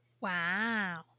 wow